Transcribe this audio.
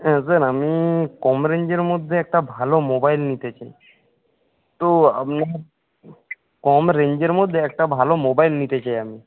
হ্যাঁ স্যার আমি কম রেঞ্জের মধ্যে একটা ভালো মোবাইল নিতে চাই তো আপনি কম রেঞ্জের মধ্যে একটা ভালো মোবাইল নিতে চাই আমি